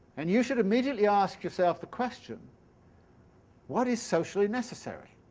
and you should immediately ask yourself the question what is socially necessary?